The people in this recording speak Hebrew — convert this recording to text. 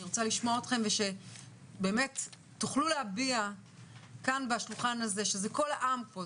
אני רוצה לשמוע אתכם ושבאמת תוכלו להביע כאן בשולחן הזה שזה קול העם פה,